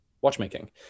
watchmaking